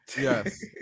Yes